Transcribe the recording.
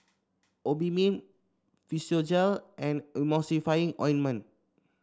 Obimin Physiogel and Emulsying Ointment